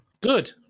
Good